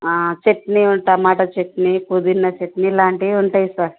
chutney tomato chutney పుదీనా చట్నీ ఇలాంటివి ఉంటాయి సార్